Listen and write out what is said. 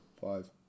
Five